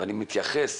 ואני מתייחס